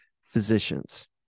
physicians